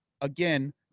again